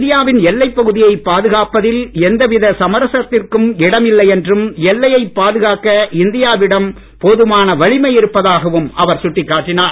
இந்தியாவின் எல்லைப் பகுதியை பாதுகாப்பதில் எந்த வித சமரசத்திற்கும் இடம் இல்லை என்றும் எல்லையை பாதுகாக்க இந்தியாவிடம் போதுமான வலிமை இருப்பதாகவும் அவர் சுட்டிக்காட்டினார்